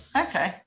Okay